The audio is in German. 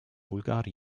bulgarien